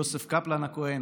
יוסף קפלן הכהן,